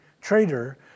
trader